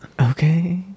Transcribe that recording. Okay